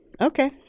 Okay